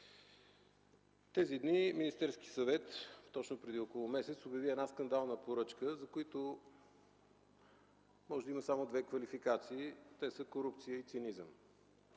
Тези дни Министерският съвет, точно преди около месец, обяви една скандална поръчка, за което може да има само две квалификации – те са корупция и цинизъм.